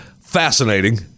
Fascinating